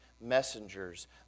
Messengers